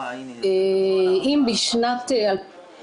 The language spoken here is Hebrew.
שנית, האם בתקופת הקורונה